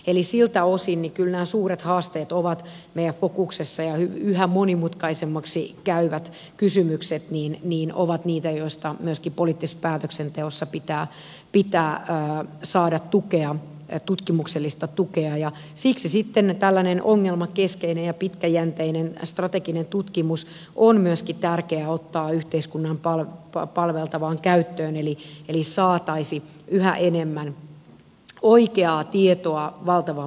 eli siltä osin kyllä nämä suuret haasteet ovat meillä fokuksessa ja yhä monimutkaisemmiksi käyvät kysymykset ovat niitä joista myöskin poliittisessa päätöksenteossa pitää saada tutkimuksellista tukea ja siksi sitten tällainen ongelmakeskeinen ja pitkäjänteinen strateginen tutkimus on myöskin tärkeää ottaa yhteiskuntaa palvelevaan käyttöön eli saataisiin yhä enemmän oikeaa tietoa valtavan visaisista ongelmistamme